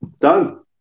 Done